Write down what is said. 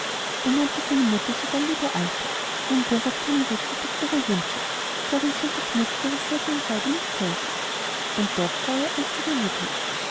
seine mutter sogar liebe alte nahm durchaus keine rücksicht auf ihre wünsche zerriß und beschmutzte ihre seidenen kleider nicht selten und doch war er ihr einziger liebling